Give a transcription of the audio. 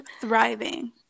thriving